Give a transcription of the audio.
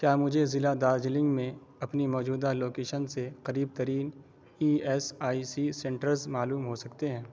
کیا مجھے ضلع دارجلنگ میں اپنی موجودہ لوکیشن سے قریب ترین E S I C centres معلوم ہو سکتے ہیں